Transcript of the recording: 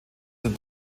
zum